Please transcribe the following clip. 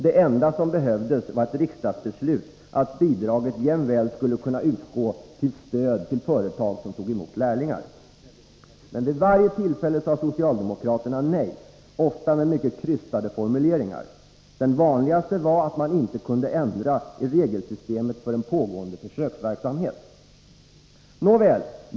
Det enda som behövdes var ett riksdagsbeslut att bidraget jämväl skulle kunna utgå som ett stöd till företag som tog emot lärlingar. Men vid varje tillfälle sade socialdemokraterna nej, ofta med mycket krystade formuleringar. Den vanligaste var att man inte kunde ändra i regelsystemet för en pågående försöksverksamhet. Nåväl!